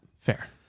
Fair